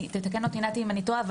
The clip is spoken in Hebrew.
תקן אותי אם אני טועה,